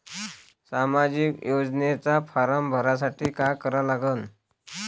सामाजिक योजनेचा फारम भरासाठी का करा लागन?